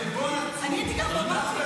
זה עלבון עצום,